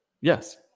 Yes